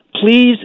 Please